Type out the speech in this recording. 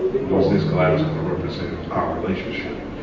was this glass gonna represent our relationship?